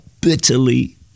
bitterly